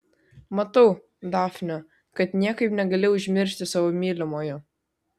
matau dafne kad niekaip negali užmiršti savo mylimojo